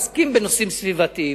עוסקים בנושאים סביבתיים,